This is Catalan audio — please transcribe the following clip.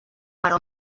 però